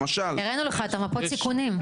הראנו לך את מפות הסיכונים.